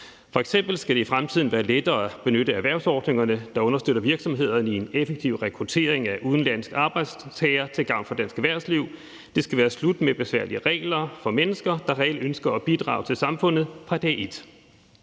F.eks. skal det i fremtiden være lettere at benytte erhvervsordningerne, der understøtter virksomhederne i en effektiv rekruttering af udenlandske arbejdstagere til gavn for dansk erhvervsliv. Det skal være slut med besværlige regler for mennesker, der reelt ønsker at bidrage til samfundet fra dag et.